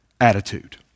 attitude